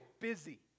busy